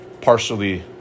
partially